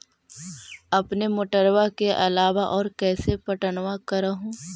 अपने मोटरबा के अलाबा और कैसे पट्टनमा कर हू?